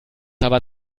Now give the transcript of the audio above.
aber